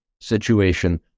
situation